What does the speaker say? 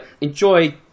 enjoy